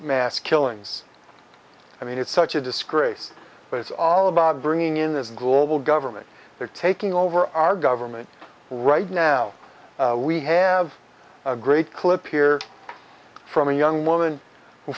mass killings i mean it's such a disgrace but it's all about bringing in this global government they're taking over our government right now we have a great clip here from a young woman who